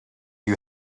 you